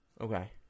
okay